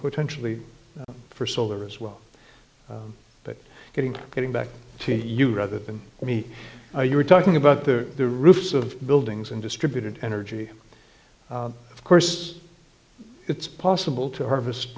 potentially for solar as well but getting to getting back to you rather than me you were talking about the the roofs of buildings and distributed energy of course it's possible to harvest